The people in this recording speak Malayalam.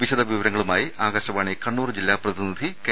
വിശദ വിവരങ്ങളുമായി ആകാശവാണി കണ്ണൂർ ജില്ലാ പ്രതിനിധി കെ